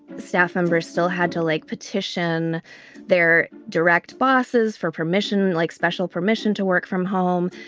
staff members still had to lake petition their direct bosses for permission, like special permission to work from home.